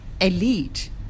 elite